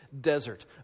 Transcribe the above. desert